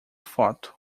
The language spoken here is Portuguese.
foto